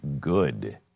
good